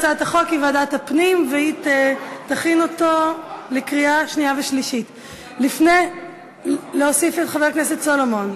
הצעת החוק התקבלה בקריאה ראשונה, ותועבר לוועדה,